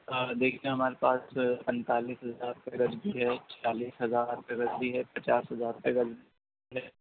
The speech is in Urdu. دیکھیے ہمارے پاس پینتالیس ہزار روپئے گز بھی ہے چھیالیس ہزار روپئے گز بھی ہے پچاس ہزار روپئے گز بھی ہے